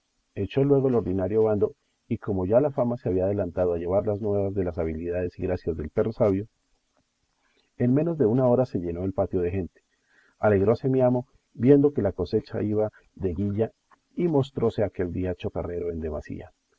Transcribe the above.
echó luego el ordinario bando y como ya la fama se había adelantado a llevar las nuevas de las habilidades y gracias del perro sabio en menos de una hora se llenó el patio de gente alegróse mi amo viendo que la cosecha iba de guilla y mostróse aquel día chacorrero en demasía